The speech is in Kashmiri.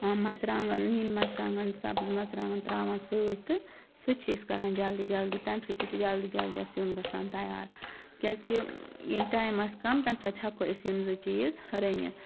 مَژرانٛگَن نیٖل مَژرانٛگَن سَبٕز مَژرانٛگَن ترٛاوان سۭتۍ تہٕ سُہ تہِ چھِ أسۍ کَران جلدی جلدی تَمہِ سۭتۍ تہِ چھُ جلدی جلدی اَسہِ سیُن گژھان تیار کیٛازِکہِ ییٚلہِ ٹایِم آسہِ کَم تَمہِ ساتہٕ ہیٚکو أسۍ یِیمہِ زٕ چیٖز رٔنِتھ